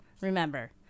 remember